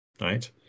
right